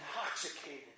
intoxicated